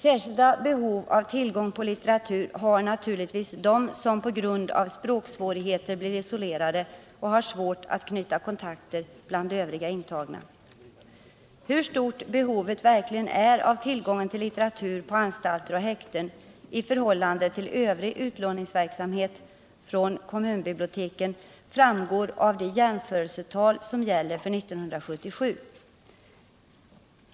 Särskilda behov av tillgång på litteratur har naturligtvis de som på grund av språksvårigheter blir isolerade och har svårt att knyta kontakter bland övriga intagna. Hur stort behovet verkligen är av tillgång till litteratur på anstalter och häkten framgår av följande jämförelsetal för 1977, avseende kommunbibliotekens utlåning.